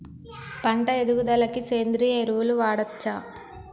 పంట ఎదుగుదలకి సేంద్రీయ ఎరువులు వాడచ్చా?